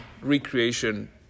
recreation